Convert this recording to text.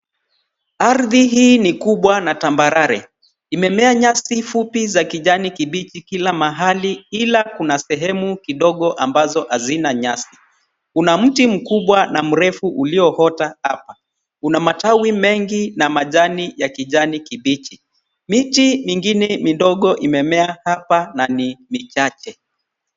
Ardhi hii ni kubwa na tambarare, imemea nyasi fupi za kijani kibichi kila mahali ila kuna sehemu kidogo ambazo hazina nyasi. Kuna mti mkubwa na mrefu uliota hapa. Kuna matawi mengi na majani ya kijani kibichi. Miti mingine midogo imemea hapa na ni michache.